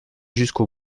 jusqu’au